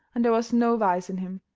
and there was no vice in him.